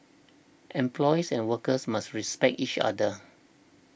employers and workers must respect each other